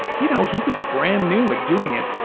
you know, he was brand new at doing it.